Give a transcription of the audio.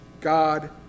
God